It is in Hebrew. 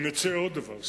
אני מציע עוד דבר.